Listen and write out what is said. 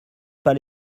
pas